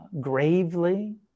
gravely